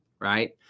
right